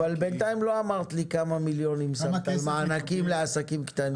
בינתיים לא אמרת לי כמה מיליונים שמת על מענקים לעסקים קטנים.